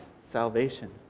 salvation